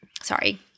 Sorry